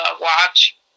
watch